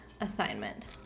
assignment